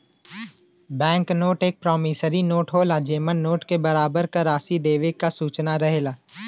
bank note एक promissory note होला जेमन नोट क बराबर क राशि देवे क सूचना रहेला